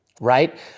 right